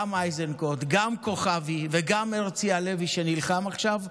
גם איזנקוט, גם כוכבי וגם הרצי הלוי, שנלחם עכשיו,